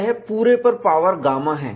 यह पूरे पर पावर γ है